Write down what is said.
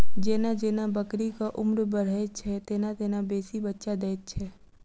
जेना जेना बकरीक उम्र बढ़ैत छै, तेना तेना बेसी बच्चा दैत छै